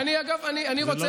אני שואל